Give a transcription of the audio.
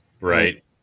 Right